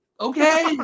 Okay